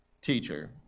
Teacher